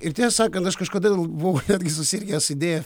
ir tiesą sakant aš kažkada buvau netgi susirgęs idėja